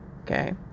Okay